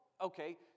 okay